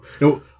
No